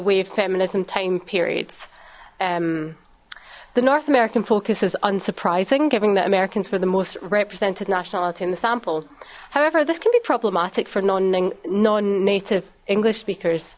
wave feminism time periods the north american focus is unsurprising giving the americans for the most represented nationality in the sample however this can be problematic for non non native english speakers